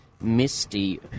Misty